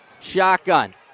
shotgun